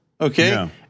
okay